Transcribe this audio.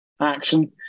action